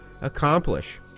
accomplish